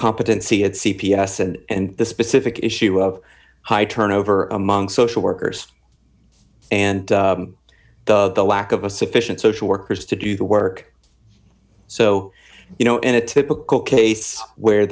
competency at c p s and the specific issue of high turnover among social workers and the lack of a sufficient social workers to do the work so you know in a typical case where